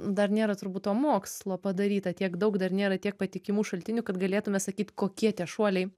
dar nėra turbūt to mokslo padaryta tiek daug dar nėra tiek patikimų šaltinių kad galėtume sakyt kokie tie šuoliai